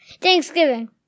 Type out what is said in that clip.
Thanksgiving